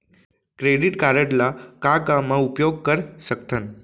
Credit card ला का का मा उपयोग कर सकथन?